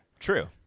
True